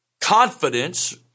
confidence